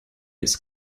its